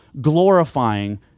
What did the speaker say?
glorifying